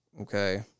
Okay